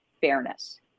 fairness